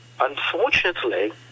unfortunately